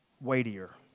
weightier